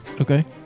Okay